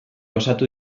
osatu